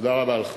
תודה רבה לך.